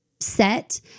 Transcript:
Set